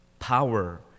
Power